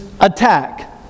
attack